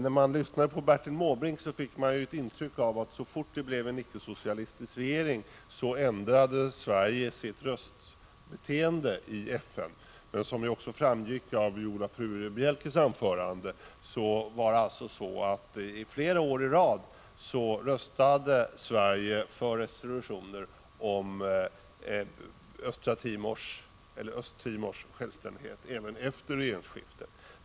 När man lyssnade till Bertil Måbrink, fick man intrycket att så fort det blev en icke-socialistisk regering ändrade Sverige sitt röstbeteende i FN. Men som även framgick av Viola Furubjelkes anförande röstade Sverige flera år i rad för resolutioner om Östra Timors, eller Östtimors, självständighet även efter regeringsskiftet.